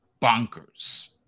bonkers